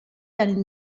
einen